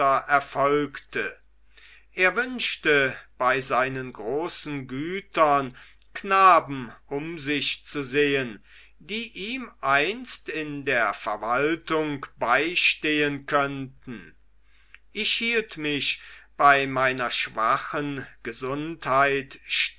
erfolgte er wünschte bei seinen großen gütern knaben um sich zu sehen die ihm einst in der verwaltung beistehen könnten ich hielt mich bei meiner schwachen gesundheit